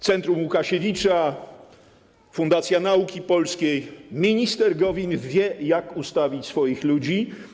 Centrum Łukasiewicza, Fundacja Nauki Polskiej - minister Gowin wie, jak ustawić swoich ludzi.